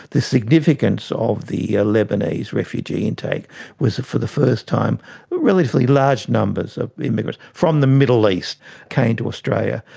the significance of the ah lebanese refugee intake was for the first time relatively large numbers of immigrants from the middle east came to australia.